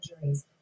injuries